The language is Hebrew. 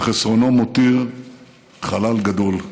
וחסרונו מותיר חלל גדול.